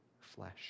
flesh